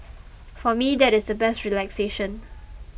for me that is the best relaxation